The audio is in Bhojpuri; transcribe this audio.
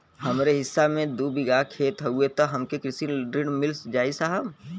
हमरे हिस्सा मे दू बिगहा खेत हउए त हमके कृषि ऋण मिल जाई साहब?